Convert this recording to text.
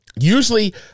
Usually